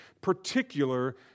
particular